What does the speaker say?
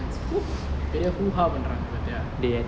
பெரிய:periya ooh haa பண்ராங்க பாத்தியா:panrange paathiya